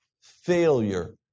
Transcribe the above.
failure